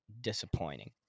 disappointing